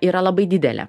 yra labai didelė